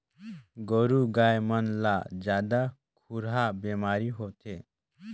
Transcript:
गोरु गाय मन ला जादा खुरहा बेमारी होथे